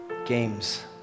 games